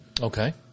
Okay